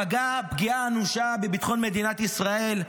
פגע פגיעה אנושה בביטחון מדינת ישראל,